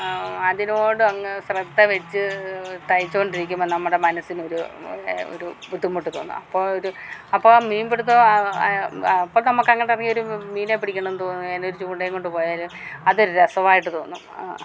അതിനോട് അങ്ങ് ശ്രദ്ധ വെച്ച് തയ്ച്ചുകൊണ്ടിരിക്കുമ്പം നമ്മുടെ മനസ്സിനൊരു ഒരു ബുദ്ധിമുട്ട് തോന്നാം അപ്പം ഒരു അപ്പം മീൻ പിടുത്തം അപ്പം നമുക്ക് അങ്ങോട്ട് ഇറങ്ങി ഒരു മീനിനെ പിടിക്കണമെന്ന് തോന്നുന്ന ഒരു ചൂണ്ടയും കൊണ്ട് പോയാലും അതൊരു രസമായിട്ട് തോന്നും